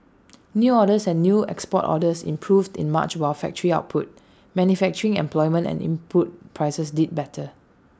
new orders and new export orders improved in March while factory output manufacturing employment and input prices did better